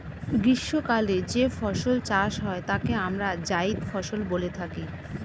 গ্রীষ্মকালে যে ফসল চাষ হয় তাকে আমরা জায়িদ ফসল বলে থাকি